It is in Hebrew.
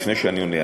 לפני שאני עונה,